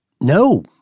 No